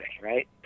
right